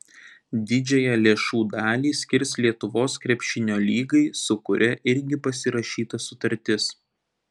didžiąją lėšų dalį skirs lietuvos krepšinio lygai su kuria irgi pasirašyta sutartis